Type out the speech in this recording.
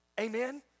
Amen